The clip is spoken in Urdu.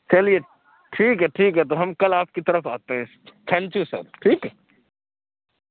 چلیے ٹھیک ہے ٹھیک ہے تو ہم کل آپ کی طرف آتے ہیں تھینک یو سر ٹھیک ہے